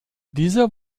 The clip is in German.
dieser